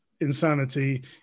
insanity